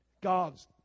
God's